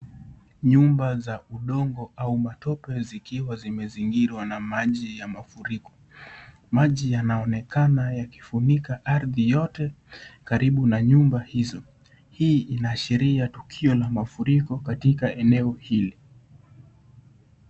Nyumba za udongo au matope zikiwa zimezingirwa na maji ya mafuriko, maji yanaonekana yakifunika ardhi yote karibu na nyumba hizo, hii inaashiria tukio la mafuriko katika eneo hili.